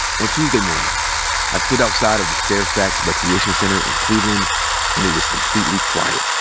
on tuesday morning i stood outside of the fairfax recreation center in cleveland and it was completely quiet.